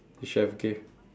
should have give